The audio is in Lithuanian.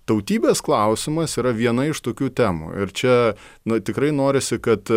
tautybės klausimas yra viena iš tokių temų ir čia na tikrai norisi kad